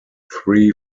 three